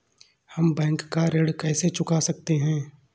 हम बैंक का ऋण कैसे चुका सकते हैं?